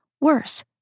Worse